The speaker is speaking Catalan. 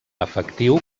efectiu